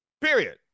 period